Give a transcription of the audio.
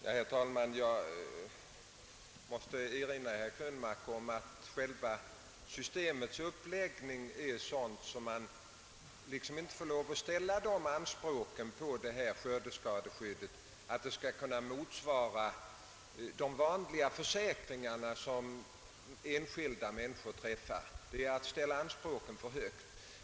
Herr talman! Jag måste erinra herr Krönmark om att själva systemets uppläggning är sådan att man inte får ställa så höga anspråk på skördeskadeskyddet att det skall kunna motsvara de individuella försäkringar som enskilda människor tecknar.